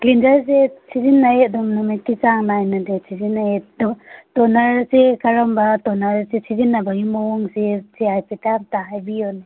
ꯀ꯭ꯂꯤꯟꯖꯔꯁꯦ ꯁꯤꯖꯤꯟꯅꯩ ꯑꯗꯨꯝ ꯅꯨꯃꯤꯠꯀꯤ ꯆꯥꯡ ꯅꯥꯏꯅ ꯗꯤ ꯁꯤꯖꯤꯟꯅꯩ ꯑꯗꯣ ꯇꯣꯅꯔꯁꯦ ꯀꯔꯝꯕ ꯇꯣꯅꯔꯁꯦ ꯁꯤꯖꯤꯟꯅꯕꯒꯤ ꯃꯑꯣꯡꯁꯦ ꯁꯤ ꯍꯥꯏꯐꯦꯠꯇ ꯑꯝꯇ ꯍꯥꯏꯕꯤꯎꯅꯦ